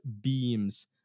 beams